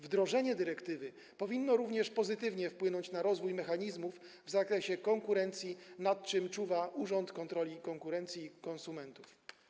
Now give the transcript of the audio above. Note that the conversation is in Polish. Wdrożenie dyrektywy powinno również pozytywnie wpłynąć na rozwój mechanizmów w zakresie konkurencji, nad czym czuwa Urząd Ochrony Konkurencji i Konsumentów.